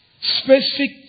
specific